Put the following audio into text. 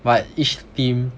but each theme